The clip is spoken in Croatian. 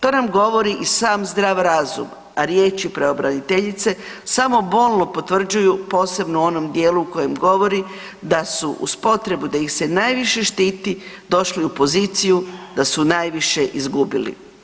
To nam govori i sam zdrav razum, a riječi pravobraniteljice samo bolno potvrđuju posebno u onom dijelu u kojem govori da su uz potrebu da ih se najviše štiti došli u poziciju da su najviše izgubili.